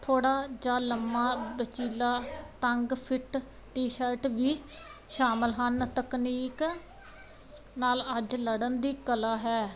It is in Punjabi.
ਥੋੜਾ ਜਾ ਲੰਮਾ ਵਚੀਲਾ ਤੰਗ ਫਿਟ ਟੀ ਸ਼ਰਟ ਵੀ ਸ਼ਾਮਿਲ ਹਨ ਤਕਨੀਕ ਨਾਲ ਅੱਜ ਲੜਨ ਦੀ ਕਲਾ ਹੈ